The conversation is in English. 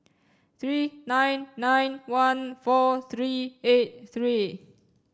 three nine nine one four three eight three